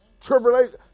Tribulation